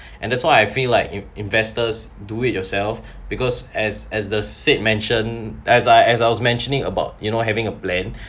and that's why I feel like in~ investors do it yourself because as as the said mention as I as I was mentioning about you know having a plan